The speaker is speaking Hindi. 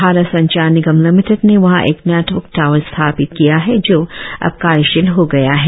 भारत संचार निगम लिमिटेड ने वहां एक नेटवर्क टॉवर स्थापित किया है जो अब कार्यशील हो गया है